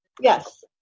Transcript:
Yes